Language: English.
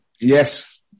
Yes